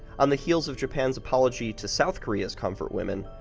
on the heels of japan's apologies to south korea's comfort women,